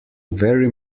very